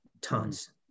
tons